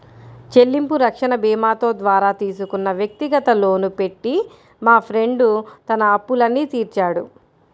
చెల్లింపు రక్షణ భీమాతో ద్వారా తీసుకున్న వ్యక్తిగత లోను పెట్టి మా ఫ్రెండు ఉన్న అప్పులన్నీ తీర్చాడు